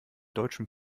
deutschen